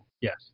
yes